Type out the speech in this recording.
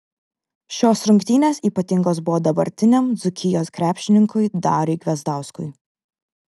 šios rungtynės ypatingos buvo dabartiniam dzūkijos krepšininkui dariui gvezdauskui